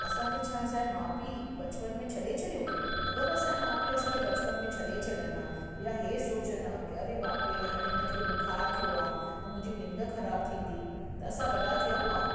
असांखे छा असांखे माउ पीउ बचपन में छ्ॾे छॾियो अगरि असांजा माउ पीउ असांखे बचपन में छॾे छ्ॾनि हा या हीअं सोचनि हा की अड़े बाप रे हाणे हिनखे बुखार थियो आहे त मुंहिंजी निंढ ख़राब थींदी त असां वॾा थियूं हा